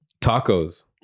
Tacos